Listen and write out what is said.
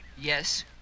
yes